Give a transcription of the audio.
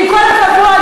עם כל הכבוד,